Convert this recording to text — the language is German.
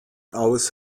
aus